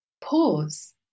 Pause